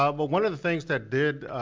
ah but one of the things that did